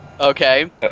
Okay